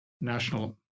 national